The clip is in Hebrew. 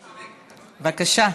בבקשה.